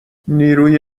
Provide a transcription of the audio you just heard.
نیروی